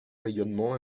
rayonnement